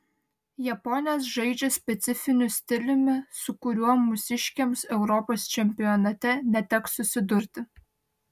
japonės žaidžia specifiniu stiliumi su kuriuo mūsiškėms europos čempionate neteks susidurti